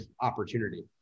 opportunity